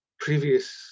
previous